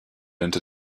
into